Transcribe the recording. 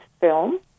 film